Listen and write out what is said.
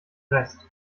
rest